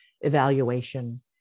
evaluation